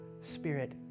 spirit